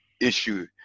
issue